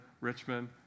Richmond